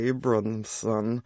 Abramson